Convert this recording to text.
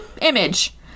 image